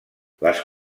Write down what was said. les